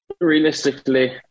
realistically